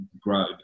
grow